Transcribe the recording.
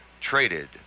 traded